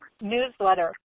newsletter